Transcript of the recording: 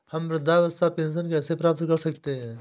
हम वृद्धावस्था पेंशन कैसे प्राप्त कर सकते हैं?